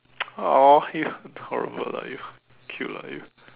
!aww! you horrible lah you cute lah you